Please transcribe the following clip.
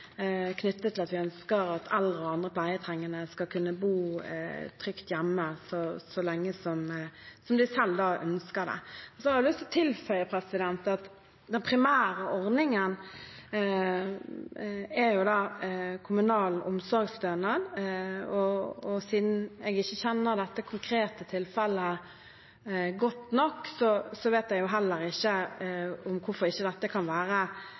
knyttet til at vi ønsker at eldre og andre pleietrengende skal kunne bo trygt hjemme så lenge som de selv ønsker det. Jeg har lyst til å tilføye at den primære ordningen er kommunal omsorgsstønad, og siden jeg ikke kjenner dette konkrete tilfellet godt nok, så vet jeg heller ikke hvorfor ikke dette kan være